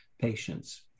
patients